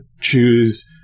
choose